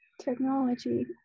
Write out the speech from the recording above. technology